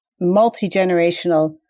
multi-generational